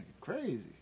crazy